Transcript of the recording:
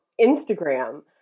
Instagram